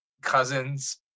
cousins